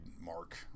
Mark